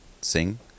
sing